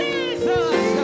Jesus